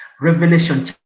revelation